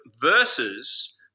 versus